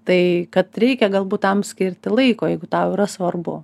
tai kad reikia galbūt tam skirti laiko jeigu tau yra svarbu